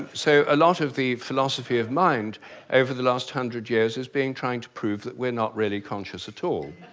so a lot of the philosophy of mind over the last hundred years has been trying to prove that we're not really conscious at all.